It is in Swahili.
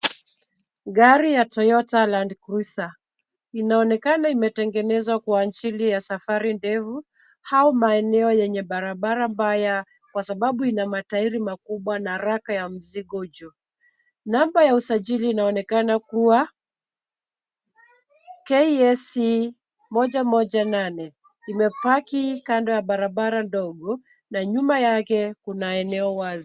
Gari ya Toyota Land Cruiser inaonekana imetengenezwa kwa ajili ya safari ndefu au maeneo yenye barabara mbaya kwa sababu ina matairi makubwa na raka ya mzigo juu. Namba ya usajili inaonekana kuwa KAC 118 , imepaki kando ya barabara ndogo na nyuma yake kuna eneo wazi.